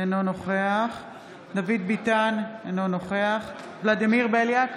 אינו נוכח דוד ביטן, אינו נוכח ולדימיר בליאק,